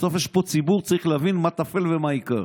בסוף יש פה ציבור שצריך להבין מה טפל ומה עיקר.